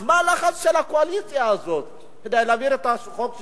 אז מה הלחץ של הקואליציה הזו כדי להעביר את חוק ששינסקי?